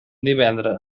divendres